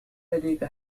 لديك